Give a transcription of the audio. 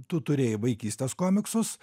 tu turėjai vaikystės komiksus